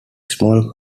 small